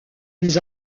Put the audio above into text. ils